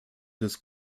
des